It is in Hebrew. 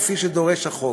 כפי שהחוק